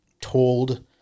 told